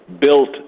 built